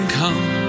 come